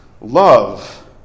love